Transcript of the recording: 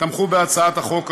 תמכו בהצעת החוק הזאת,